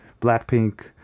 Blackpink